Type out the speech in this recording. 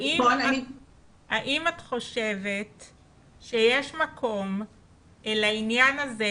האם את חושבת שיש מקום לעניין הזה,